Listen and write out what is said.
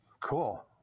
Cool